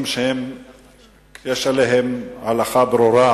שיש עליהם הלכה ברורה,